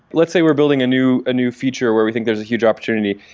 let's say we're building a new a new feature where we think there's a huge opportunity.